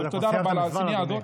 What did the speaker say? תודה רבה על השנייה הזאת.